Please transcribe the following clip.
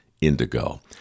indigo